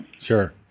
sure